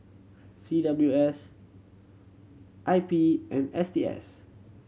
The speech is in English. C W S I P and S T S